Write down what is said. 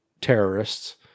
terrorists